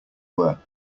were